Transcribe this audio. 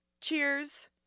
Cheers